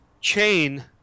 chain